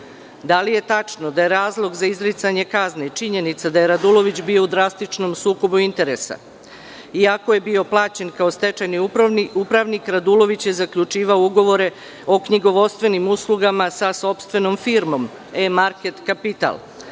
Da li je tačno da je razlog za izricanje kazne i činjenica je Radulović bio u drastičnom sukobu interesa? Iako je bio plaćen kao stečajni upravnik, Radulović je zaključivao ugovore o knjigovodstvenim uslugama sa sopstvenom firmom „E market kapital“.